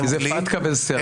כי זה פתק"א וזה CRS. נכון.